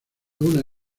una